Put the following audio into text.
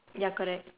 ya correct